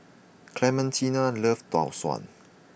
Clementina loves Tau Suan